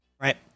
right